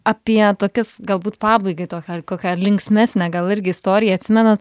apie tokias galbūt pabaigai tokią ar kokią linksmesnę gal irgi istoriją atsimenat